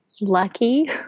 Lucky